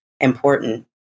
important